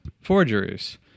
forgeries